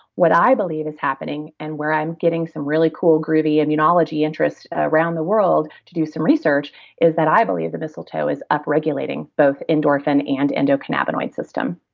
what i believe is happening and where i'm getting some really cool, groovy immunology interest around the world to do some research is that i believe the mistletoe is upregulating both endorphin and endocannabinoid system,